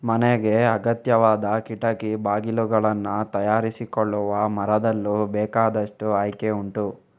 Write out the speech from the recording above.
ಮನೆಗೆ ಅಗತ್ಯವಾದ ಕಿಟಕಿ ಬಾಗಿಲುಗಳನ್ನ ತಯಾರಿಸಿಕೊಳ್ಳುವ ಮರದಲ್ಲೂ ಬೇಕಾದಷ್ಟು ಆಯ್ಕೆ ಉಂಟು